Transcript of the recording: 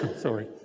sorry